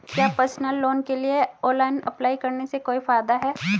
क्या personal loan के लिए ऑनलाइन अप्लाई करने से कोई फायदा है?